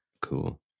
Cool